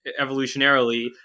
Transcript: evolutionarily